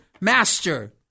master